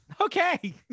okay